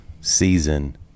season